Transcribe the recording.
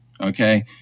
Okay